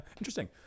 interesting